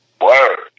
Word